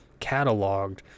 cataloged